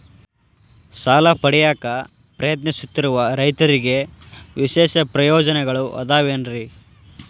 ಸಾಲ ಪಡೆಯಾಕ್ ಪ್ರಯತ್ನಿಸುತ್ತಿರುವ ರೈತರಿಗೆ ವಿಶೇಷ ಪ್ರಯೋಜನಗಳು ಅದಾವೇನ್ರಿ?